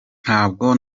ntabwo